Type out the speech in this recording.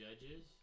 judges